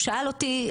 שאל אותי,